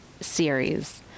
series